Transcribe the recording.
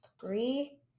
three